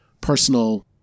personal